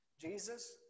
Jesus